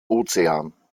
ozean